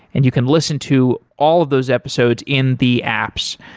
and you can listen to all of those episodes in the apps.